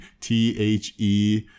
T-H-E